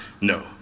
no